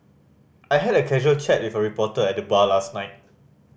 I had a casual chat with a reporter at the bar last night